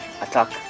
attack